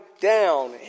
down